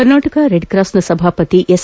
ಕರ್ನಾಟಕ ರೆಡ್ಕ್ರಾಸ್ನ ಸಭಾಪತಿ ಎಸ್